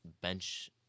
bench